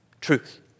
truth